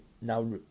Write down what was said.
now